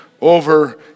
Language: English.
over